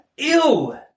Ew